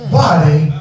body